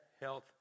health